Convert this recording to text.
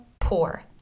poor